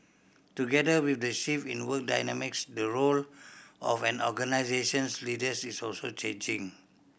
together with the shift in work dynamics the role of an organisation's leaders is also changing